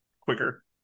quicker